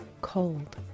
cold